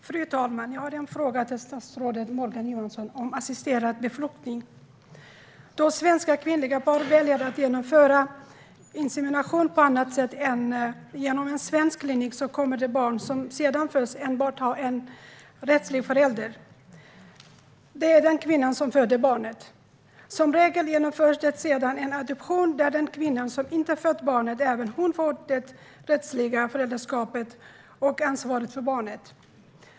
Fru talman! Jag har en fråga till statsrådet Morgan Johansson om assisterad befruktning. Då svenska kvinnliga par väljer att genomföra insemination på annat sätt än genom en svensk klinik kommer det barn som sedan föds att enbart ha en rättslig förälder - det är den kvinna som föder barnet. Som regel genomförs det sedan en adoption där även den kvinna som inte har fött barnet får det rättsliga föräldraskapet och ansvaret för barnet.